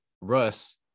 Russ